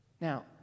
Now